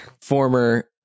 former